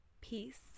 Peace